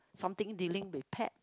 something dealing with pet